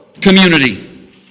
community